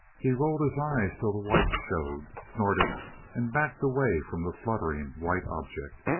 he rolled his eyes till the whites showed, snorted and backed away from the fluttering, white object.